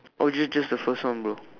oh just just the first one bro